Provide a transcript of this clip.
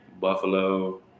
Buffalo